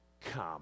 come